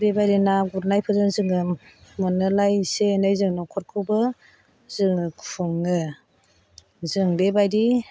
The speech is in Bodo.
बेबादि ना गुरनायफोरजों जोङो मोनोलाय एसे एनै जों नखरखौबो जोङो खुङो जों बेबादि